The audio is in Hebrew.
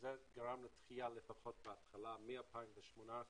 --- וזה גרם לדחייה, לפחות בהתחלה מ-2018.